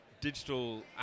digital